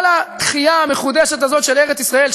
כל התחייה המחודשת הזאת של ארץ-ישראל,